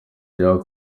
rya